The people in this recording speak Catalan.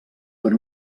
per